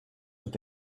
with